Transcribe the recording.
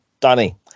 danny